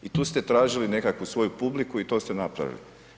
I tu ste tražili nekakvu svoju publiku i to ste napravili.